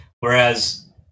Whereas